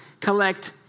collect